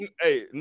Hey